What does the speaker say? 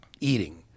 eating